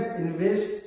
invest